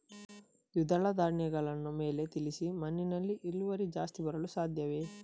ದ್ವಿದಳ ಧ್ಯಾನಗಳನ್ನು ಮೇಲೆ ತಿಳಿಸಿ ಮಣ್ಣಿನಲ್ಲಿ ಇಳುವರಿ ಜಾಸ್ತಿ ಬರಲು ಸಾಧ್ಯವೇ?